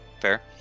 Fair